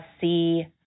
see